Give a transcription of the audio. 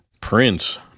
Prince